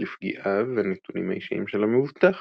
לפגיעה והנתונים האישיים של המבוטח,